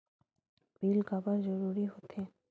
Bill काबर जरूरी होथे?